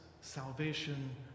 salvation